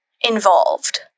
involved